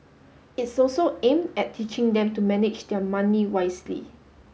it's also aimed at teaching them to manage their money wisely